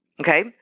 Okay